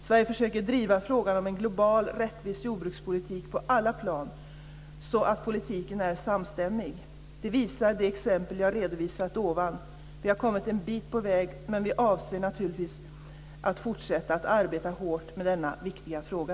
Sverige försöker driva frågan om en globalt rättvis jordbrukspolitik på alla plan, så att politiken är samstämmig. Det visar de exempel jag redovisat ovan. Vi har kommit en bit på väg, men vi avser naturligtvis att fortsätta att arbeta hårt med denna viktiga fråga.